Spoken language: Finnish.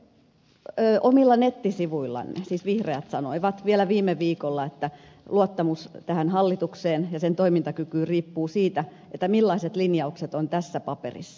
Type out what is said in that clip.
te sanoitte omilla nettisivuillanne siis vihreät sanoivat vielä viime viikolla että luottamus tähän hallitukseen ja sen toimintakykyyn riippuu siitä millaiset linjaukset ovat tässä paperissa